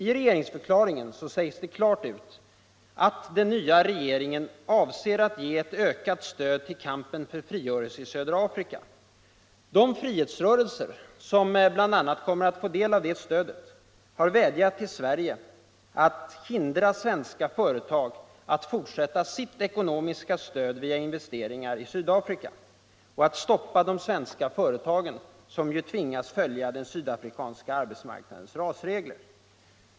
I regeringstörklaringen sägs det klart ut att den nva regeringen avser alt ge ett ökal stöd till kampen för frigörelse t södra Afrika. De frihetsrörelser som bl.a. kommer att få del av det stödet har vädjat ull Sverige all hindra svenska företag alt förtsätta sitt ekonomiska stöd via investeringar i Sydafrika och att stoppa de svenska företagen där, som ju tvingas följa den sydafrikanska marknadens rasregler.